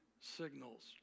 signals